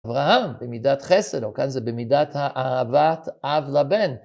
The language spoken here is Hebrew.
אברהם, במידת חסד, או כאן זה במידת האהבת אב לבן.